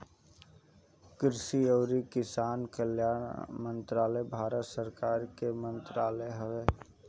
कृषि अउरी किसान कल्याण मंत्रालय भारत सरकार के मंत्रालय हवे